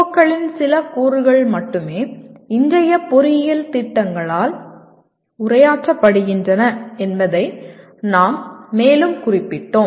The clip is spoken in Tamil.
க்களின் சில கூறுகள் மட்டுமே இன்றைய பொறியியல் திட்டங்களால் உரையாற்றப்படுகின்றன என்பதை நாம் மேலும் குறிப்பிட்டோம்